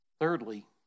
Thirdly